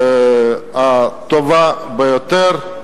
הטובה ביותר.